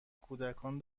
کودکان